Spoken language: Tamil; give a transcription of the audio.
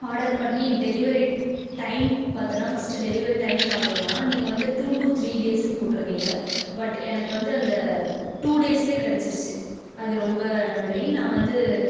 ஆர்டர் பண்ணி டெலிவரி டைம் பார்த்தேன்னா ஃபர்ஸ்ட்டு டெலிவரி டைம் பார்த்தோன்னா நீங்கள் வந்து டூ டு த்ரீ டேஸுன்னு போட்டிருந்தீங்க பட் எனக்கு வந்து அந்த டூ டேஸ்லே கிடைச்சிடுச்சி அது ரொம்ப நன்றி நான் வந்து